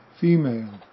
female